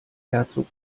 herzog